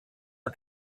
are